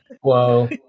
Whoa